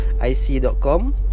ic.com